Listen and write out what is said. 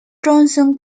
johnson